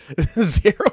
zero